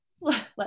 let